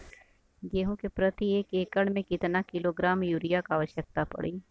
गेहूँ के प्रति एक एकड़ में कितना किलोग्राम युरिया क आवश्यकता पड़ी?